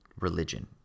religion